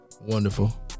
Wonderful